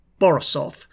Borisov